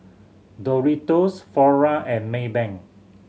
Doritos Flora and Maybank